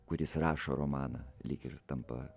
kuris rašo romaną lyg ir tampa